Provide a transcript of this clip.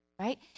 right